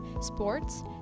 sports